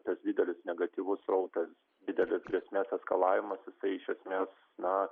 tas didelis negatyvus srautas didelis grėsmės eskalavimas jisai iš esmės na